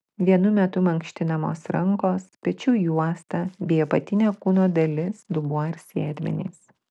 vienu metu mankštinamos rankos pečių juosta bei apatinė kūno dalis dubuo ir sėdmenys